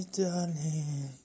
darling